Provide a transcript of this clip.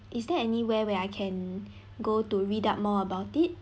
is there anywhere where I can go to read up more about it